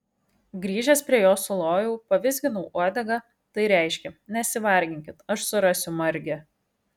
grįžęs prie jo sulojau pavizginau uodegą tai reiškė nesivarginkit aš surasiu margę